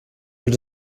els